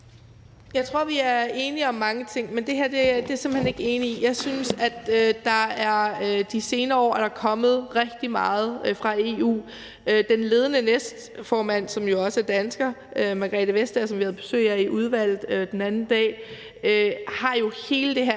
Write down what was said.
Jeg tror, vi er enige om mange ting, men det her er jeg simpelt hen ikke enig i. Jeg synes, at der de senere år er kommet rigtig meget fra EU. Den ledende næstformand, som jo også er dansker, Margrethe Vestager, som vi havde besøg af i udvalget den anden dag, har hele det her